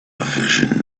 vision